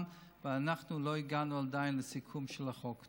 ואנחנו עדיין לא הגענו לסיכום של החוק.